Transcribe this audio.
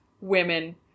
women